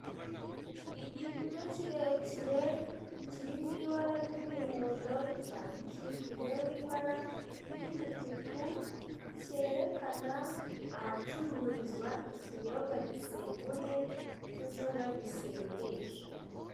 Igikuta kirekire kiri mu ibara ry'umuhondo cyandikishijeho ibara ry'umutuku, kerena ahacururizwa ikinyobwa gisembuye k'inzoga gisindisha.